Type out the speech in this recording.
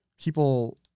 people